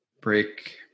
Break